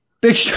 Big